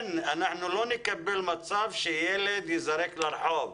אנחנו לא נקבל מצב שילד ייזרק לרחוק.